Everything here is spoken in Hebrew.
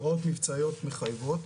הוראות מבצעיות מחייבות,